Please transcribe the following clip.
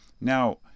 Now